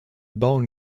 bauen